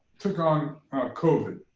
took on covid.